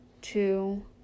two